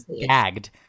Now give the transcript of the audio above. gagged